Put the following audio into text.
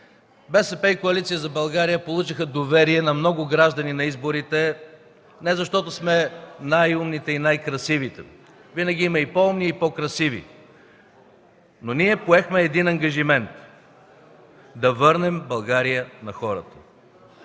БСП и Коалиция за България получиха доверие на много граждани на изборите, не защото сме най-умните и най-красивите. Винаги има и по-умни, и по-красиви, но ние поехме един ангажимент – да върнем България на хората.